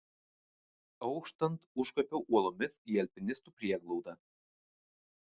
auštant užkopiau uolomis į alpinistų prieglaudą